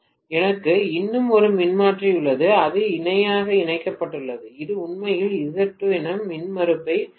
எனக்கு இன்னும் ஒரு மின்மாற்றி உள்ளது இது இணையாக இணைக்கப்பட்டுள்ளது இது உண்மையில் Z2 இன் மின்மறுப்பைக் கொண்டுள்ளது